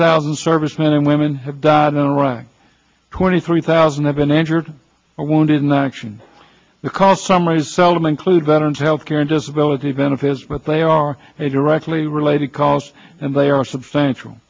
thousand servicemen and women have died in iraq twenty three thousand have been injured or wounded in action the call summaries seldom include veterans health care and disability benefits but they are directly related costs and they are substantial